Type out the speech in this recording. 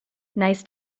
nice